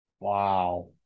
Wow